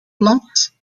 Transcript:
plaats